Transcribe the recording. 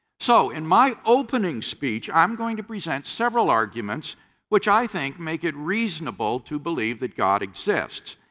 so in my opening speech, i am going to present several arguments which i think make it reasonable to believe that god exists.